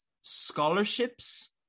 scholarships